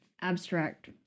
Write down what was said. abstract